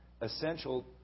essential